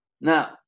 Now